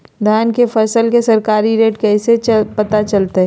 धान के फसल के सरकारी रेट कैसे पता चलताय?